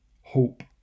Hope